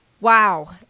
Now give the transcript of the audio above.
Wow